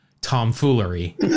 tomfoolery